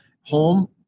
home